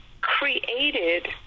created